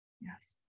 Yes